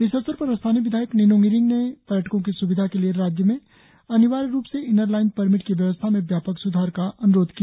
इस अवसर पर स्थानीय विधायक निनोंग इरिंग ने पर्यटकों की स्विधा के लिए राज्य में अनिवार्य रुप से इनर लाइन परमिट की व्यवस्था में व्यापक स्धार का अन्रोध किया